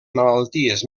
malalties